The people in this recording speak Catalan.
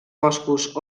boscos